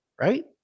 right